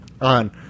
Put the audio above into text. on